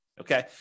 Okay